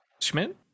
Schmidt